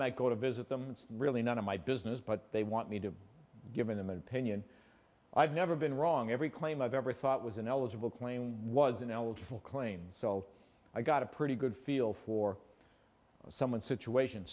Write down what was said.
might go to visit them it's really none of my business but they want me to given them an opinion i've never been wrong every claim i've ever thought was an eligible claim was an eligible claim so i got a pretty good feel for some one situation